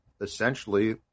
essentially